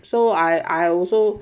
so I I also